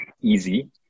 easy